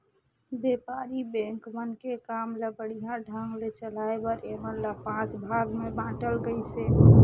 बेपारी बेंक मन के काम ल बड़िहा ढंग ले चलाये बर ऐमन ल पांच भाग मे बांटल गइसे